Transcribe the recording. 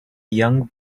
young